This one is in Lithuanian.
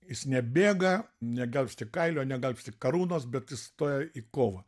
jis nebėga negelbsti kailio negelbsti karūnos bet jis stoja į kovą